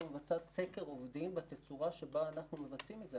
סקר עובדים בתצורה שבה אנחנו מבצעים את זה.